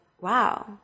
wow